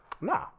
Nah